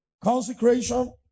consecration